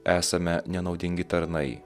esame nenaudingi tarnai